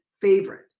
favorite